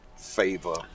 favor